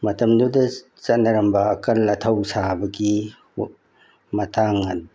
ꯃꯇꯝꯗꯨꯗ ꯆꯠꯅꯔꯝꯕ ꯑꯀꯟ ꯑꯊꯧ ꯁꯥꯕꯒꯤ ꯃꯇꯥꯡ